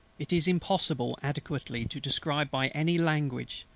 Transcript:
it is impossible adequately to describe by any language,